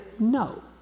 No